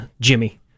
Jimmy